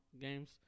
games